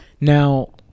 now